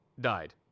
died